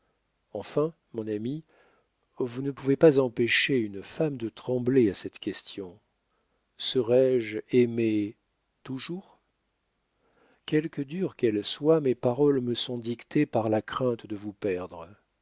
enfin mon ami vous ne pouvez pas empêcher une femme de trembler à cette question serai-je aimée toujours quelque dures qu'elles soient mes paroles me sont dictées par la crainte de vous perdre